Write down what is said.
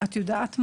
״את יודעת מה?